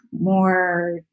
more